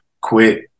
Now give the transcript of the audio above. quit